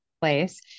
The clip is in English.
place